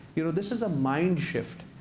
you know, this is a mind shift.